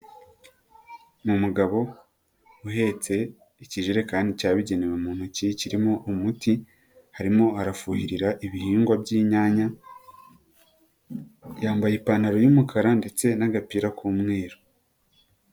Ni umugabo uhetse ikijerekani cyabugenewe mu ntoki kirimo umuti arimo arafuhirira ibihingwa by'inyanya, yambaye ipantaro y'umukara ndetse n'agapira k'umweru.